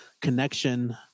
connection